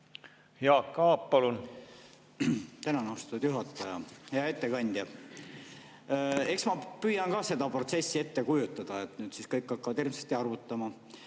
Jaak Aab, palun! Tänan, austatud juhataja! Hea ettekandja! Eks ma püüan ka seda protsessi ette kujutada, et nüüd siis kõik hakkavad hirmsasti arvutama.